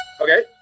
Okay